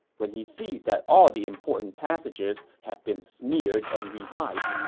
when he sees that all the important passages have been smeared and revised,